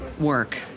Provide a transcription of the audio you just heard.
work